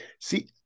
see